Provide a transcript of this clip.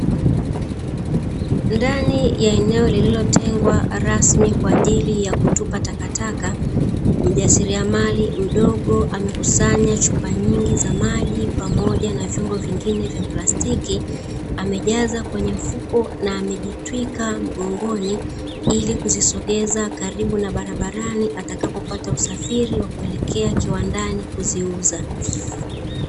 Ndani ya eneo lililotengwa rasmi kwajili ya kutupa taka, mjasiriamali mdogo amekusanya chupa nyingi za maji, pamoja na vyombo vingine vya plastiki, amejaza kwenye mfuko na amejitwika mgongoni ili kuzisogeza karibu na barabarani atakapopata usafiri wa kuelekea kiwandani kuziuza.